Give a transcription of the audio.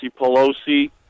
Pelosi